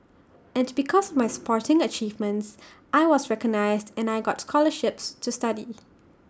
and because of my sporting achievements I was recognised and I got scholarships to study